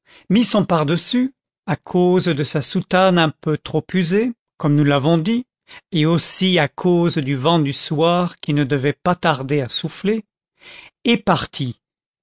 mit son pardessus à cause de sa soutane un peu trop usée comme nous l'avons dit et aussi à cause du vent du soir qui ne devait pas tarder à souffler et partit